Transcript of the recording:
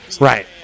Right